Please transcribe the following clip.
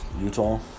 Utah